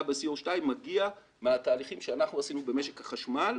ב-Co2 מהתהליכים שאנחנו עשינו במשק החשמל.